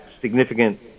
significant